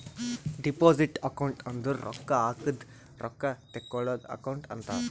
deposit account ಅಂದುರ್ ರೊಕ್ಕಾ ಹಾಕದ್ ರೊಕ್ಕಾ ತೇಕ್ಕೋಳದ್ ಅಕೌಂಟ್ ಅಂತಾರ್